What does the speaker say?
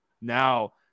Now